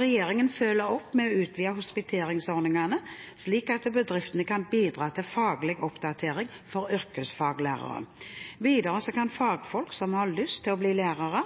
Regjeringen følger opp med å utvide hospiteringsordningene, slik at bedrifter kan bidra til faglig oppdatering for yrkesfaglærere. Videre kan fagfolk som har lyst til å bli lærere,